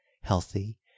healthy